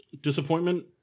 Disappointment